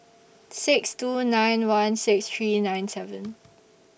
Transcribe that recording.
six two nine one six three nine seven